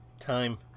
time